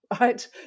right